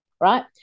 right